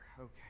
Okay